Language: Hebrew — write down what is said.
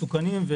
מסוכנים.